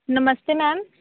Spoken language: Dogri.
नमस्ते मैम